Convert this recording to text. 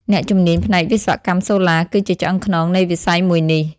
អ្នកជំនាញផ្នែកវិស្វកម្មសូឡា គឺជាឆ្អឹងខ្នងនៃវិស័យមួយនេះ។